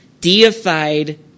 deified